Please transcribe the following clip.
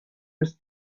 was